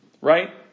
right